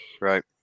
Right